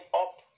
up